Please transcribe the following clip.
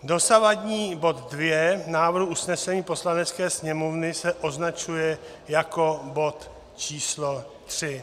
Dosavadní bod II návrhu usnesení Poslanecké sněmovny se označuje jako bod III.